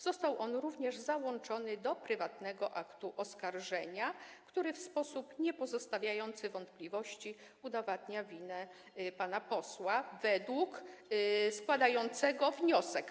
Został on załączony do prywatnego aktu oskarżenia, który w sposób niepozostawiający wątpliwości udowadnia winę pana posła wobec składającego wniosek.